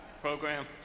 program